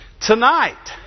Tonight